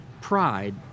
pride